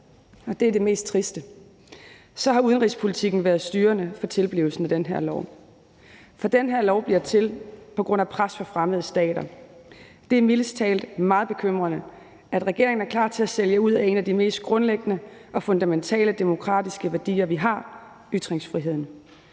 og det er det mest triste: Udenrigspolitikken har været styrende for tilblivelsen af den her lov. For den her lov bliver til på grund af pres fra fremmede stater. Det er mildest talt meget bekymrende, at regeringen er klar til at sælge ud af en af de mest grundlæggende og fundamentale demokratiske værdier, vi har: ytringsfriheden.